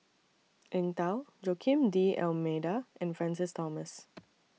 Eng Tow Joaquim D'almeida and Francis Thomas